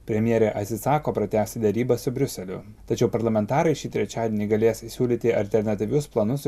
premjerė atsisako pratęsti derybas su briuseliu tačiau parlamentarai šį trečiadienį galės siūlyti alternatyvius planus